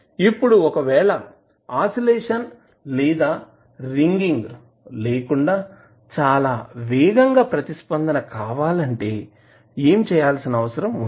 ఇప్పుడు ఒకవేళ ఆసిలేషన్ లేదా రింగింగ్ లేకుండా చాలా వేగంగా ప్రతిస్పందన కావాలంటే ఏమి చేయాల్సిన అవసరం ఉంది